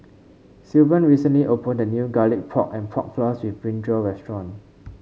Sylvan recently opened a new Garlic Pork and Pork Floss with brinjal restaurant